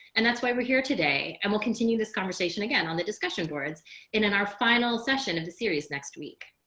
and that's why we're here today. and we'll continue this conversation again on the discussion boards in and our final session of the series next week.